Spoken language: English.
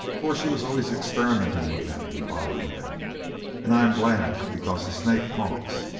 for she was always experimenting with them and bothering them and i am glad because the snake talks,